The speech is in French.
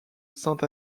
sainte